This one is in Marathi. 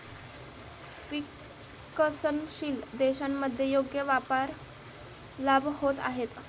विकसनशील देशांमध्ये योग्य व्यापार लाभ होत आहेत